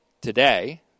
today